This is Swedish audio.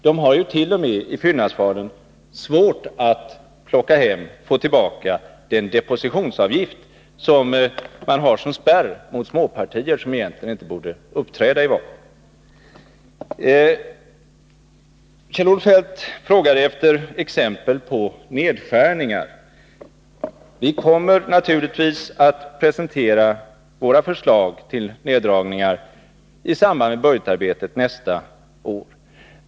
Där har man ju t.o.m. i fyllnadsvalen haft svårt att få tillbaka den depositionsavgift som fastställts som spärr mot småpartier som egentligen inte borde uppträda i valet. Kjell-Olof Feldt frågade efter exempel på nedskärningar. Vi kommer naturligtvis att presentera våra förslag till neddragningar i samband med budgetarbetet nästa år.